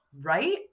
Right